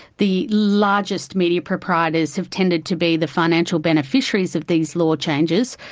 the largest media proprietors have tended to be the financial beneficiaries of these law changes,